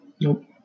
Nope